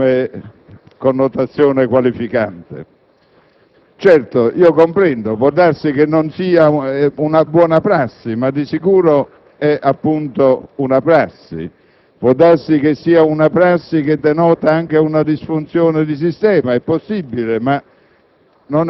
come connotazione qualificante. Certo - lo comprendo -, può darsi che non sia una buona prassi, ma di sicuro è, appunto, una prassi. Può darsi che sia una prassi che denota anche una disfunzione di sistema - è possibile -, ma